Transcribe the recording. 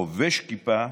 חובש כיפה,